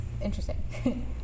interesting